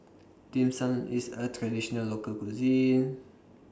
Dim Sum IS A Traditional Local Cuisine